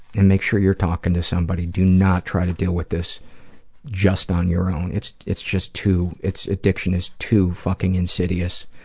and make sure you're talking to somebody. do not try to deal with this just on your own. it's it's just too addiction is too fucking insidious.